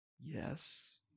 Yes